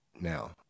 now